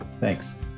Thanks